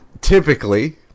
Typically